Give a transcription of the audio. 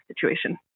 situation